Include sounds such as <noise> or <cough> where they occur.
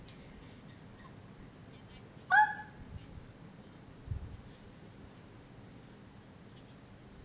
<laughs>